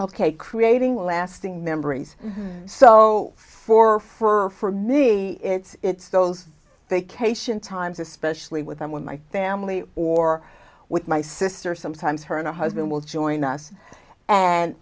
ok creating lasting memories so for for for me it's those vacation times especially with them with my family or with my sister sometimes her and her husband will join us and